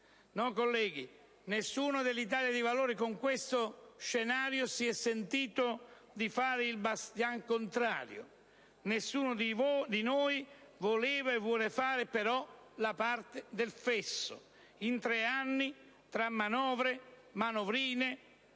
No, colleghi, nessuno dell'Italia dei Valori, con questo scenario, si è sentito di fare il bastian contrario; nessuno di noi voleva e vuole fare però la parte del fesso. In tre anni, tra manovre, manovrine,